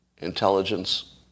intelligence